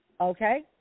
okay